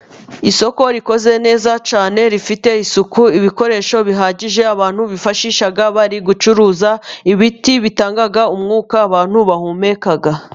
Isoko rikoze neza cyane， rifite isuku， ibikoresho bihagije，abantu bifashisha bari gucuruza， ibiti bitanga umwuka， abantu bahumeka.